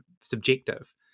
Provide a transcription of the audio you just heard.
subjective